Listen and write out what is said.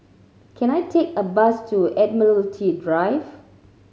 can I take a bus to Admiralty Drive